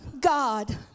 God